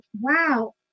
Wow